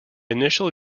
initial